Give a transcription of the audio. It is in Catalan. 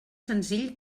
senzill